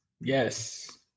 Yes